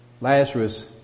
Lazarus